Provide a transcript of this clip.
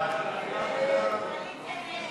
ההסתייגויות